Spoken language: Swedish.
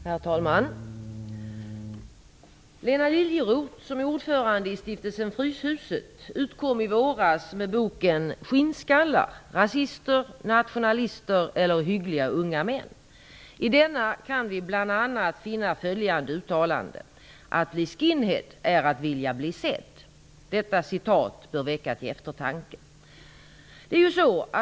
Herr talman! Lena Liljeroth som är ordförande i stiftelsen Fryshuset utkom i våras med boken Skinnskallar razister, nationalister eller hyggliga unga män. I den kan vi bl.a. finna följande uttalande: Att bli skinhead är att vilja bli sedd. Detta citat bör väcka till eftertanke.